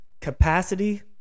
Capacity